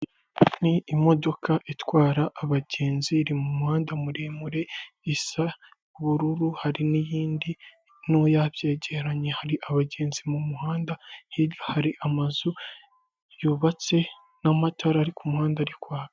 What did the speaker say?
Yundayi Rwanda ni ikigo gicuruza imodoka ni imodoka zitwara abantu mu buryo bwa rusange zikaba zihagaze ahantu hamwe.